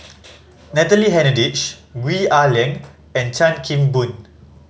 Natalie Hennedige Gwee Ah Leng and Chan Kim Boon